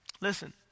listen